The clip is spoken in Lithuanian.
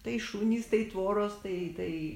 tai šunys tai tvoros tai tai